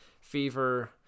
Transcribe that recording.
fever